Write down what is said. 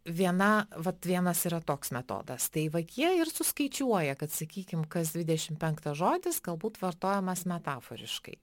viena vat vienas yra toks metodas tai vat jie ir suskaičiuoja kad sakykim kas dvidešimt penktas žodis galbūt vartojamas metaforiškai